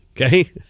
Okay